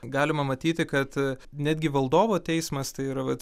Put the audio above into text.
galima matyti kad netgi valdovo teismas tai yra vat